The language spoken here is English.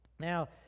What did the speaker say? Now